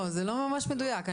זה לא ממש מדויק.